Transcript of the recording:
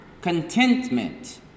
contentment